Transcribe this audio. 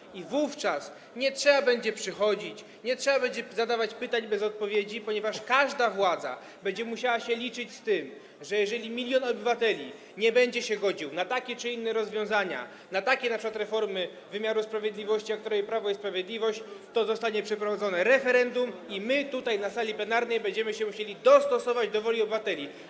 Jeśli tak, to wówczas nie trzeba będzie przychodzić, nie trzeba będzie zadawać pytań bez odpowiedzi, ponieważ każda władza będzie musiała się liczyć z tym, że jeżeli milion obywateli nie będzie się godził na takie czy inne rozwiązania, np. na takie reformy wymiaru sprawiedliwości, jakie wprowadza Prawo i Sprawiedliwość, to zostanie przeprowadzone referendum, a my tutaj na sali plenarnej będziemy się musieli dostosować do woli obywateli.